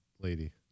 lady